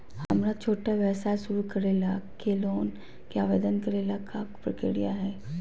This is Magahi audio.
हमरा छोटा व्यवसाय शुरू करे ला के लोन के आवेदन करे ल का प्रक्रिया हई?